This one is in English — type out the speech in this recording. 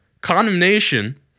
Condemnation